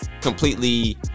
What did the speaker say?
completely